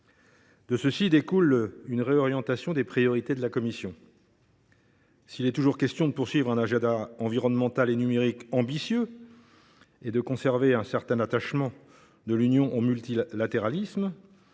Il en découle une réorientation des priorités de la Commission. S’il est toujours question de poursuivre un agenda environnemental et numérique ambitieux et de conserver un certain attachement de l’Union européenne au multilatéralisme,